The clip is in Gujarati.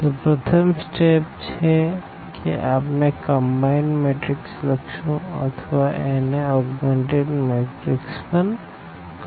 તો પ્રથમ સ્ટેપ છે કે આપણે કમ્બાઈન્ડ મેટ્રીક્સ લખશું અથવા એને ઓગ્મેનટેડ મેટ્રીક્સ પણ કહે છે